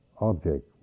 object